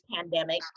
pandemic